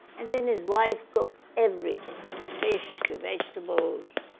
and then his wife cooked everything from fish to vegetables,